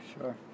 Sure